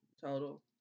Total